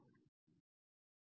4